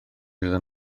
iddyn